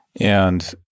and-